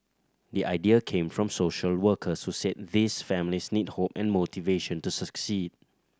the idea came from social workers who said these families need hope and motivation to succeed